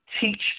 teach